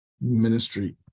ministry